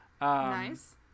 Nice